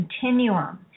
continuum